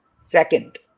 Second